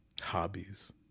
hobbies